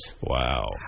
Wow